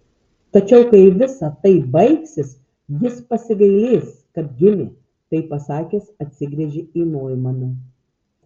tačiau kai visa tai baigsis jis pasigailės kad gimė tai pasakęs atsigręžė į noimaną